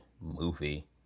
movie